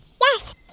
Yes